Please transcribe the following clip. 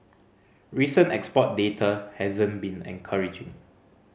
recent export data hasn't been encouraging